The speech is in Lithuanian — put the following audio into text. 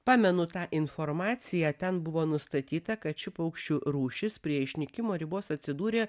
pamenu tą informaciją ten buvo nustatyta kad ši paukščių rūšis prie išnykimo ribos atsidūrė